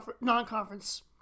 non-conference